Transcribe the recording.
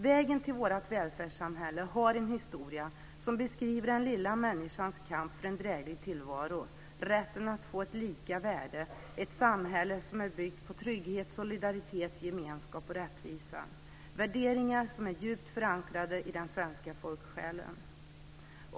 Vägen till vårt välfärdssamhälle har en historia som beskriver den lilla människans kamp för en dräglig tillvaro, rätten att få ha ett lika värde, ett samhälle byggt på trygghet, solidaritet, gemenskap och rättvisa - värderingar som är djupt förankrade i den svenska folksjälen.